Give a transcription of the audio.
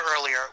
earlier